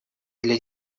для